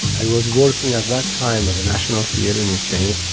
i was working at that time at the national theater in spain.